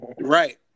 Right